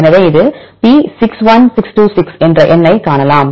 எனவே இது P61626 என்ற எண்ணைக் காணலாம்